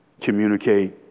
communicate